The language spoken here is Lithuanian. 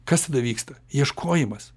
kas tada vyksta ieškojimas